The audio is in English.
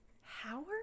Howard